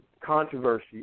controversy